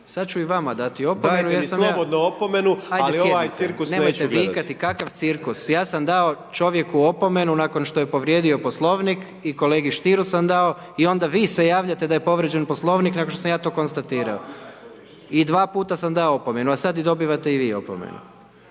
Sad ću i vama dati opomenu./… Dajte mi slobodno opomenu ali ovaj cirkus neću gledati. **Jandroković, Gordan (HDZ)** Ajde sjednite, nemojte vikati, kakav cirkus, ja sam dao čovjeku opomenu nakon što je povrijedio Poslovnik i kolegi Stieru sam dao i onda vi se javljate da je povrijeđen Poslovnik nakon što sam ja to konstatirao. I dva puta sam dao opomenu a sad dobivate i vi opomenu.